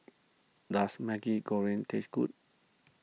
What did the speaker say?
does Maggi Goreng taste good